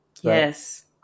Yes